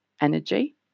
energy